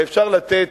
הרי אפשר לתת,